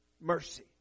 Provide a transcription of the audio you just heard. mercy